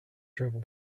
travel